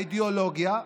האידיאולוגיה,